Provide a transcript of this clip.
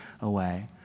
away